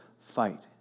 fight